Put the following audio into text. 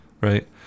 right